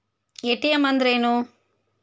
ATM ಅಂದ್ರ ಏನು?